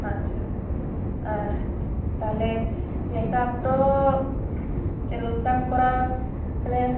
ᱟᱪᱪᱷᱟ ᱟᱨ ᱛᱟᱦᱚᱞᱮ ᱢᱮᱠᱟᱯ ᱛᱳ ᱪᱮᱫ ᱞᱮᱠᱟᱢ ᱠᱚᱨᱟᱣᱟ ᱢᱟᱱᱮ